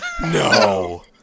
No